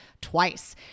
twice